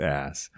ass